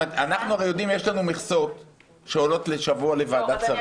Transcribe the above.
אנחנו יודעים שיש לנו מכסות שעולות לשבוע לוועדת השרים.